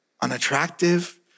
unattractive